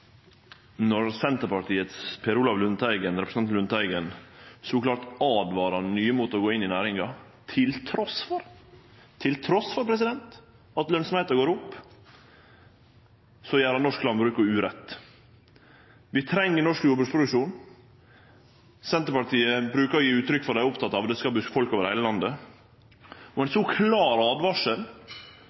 når representanten Per Olaf Lundteigen frå Senterpartiet så klart åtvarar nye mot å gå inn i næringa, trass i – trass i, president – at lønsemda går opp, gjer han norsk landbruk urett. Vi treng norsk jordbruksproduksjon. Senterpartiet brukar å gje uttrykk for at dei er opptekne av at det skal bu folk over heile landet, og ei så klar